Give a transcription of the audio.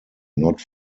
not